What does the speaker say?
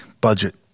budget